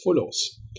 follows